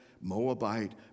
Moabite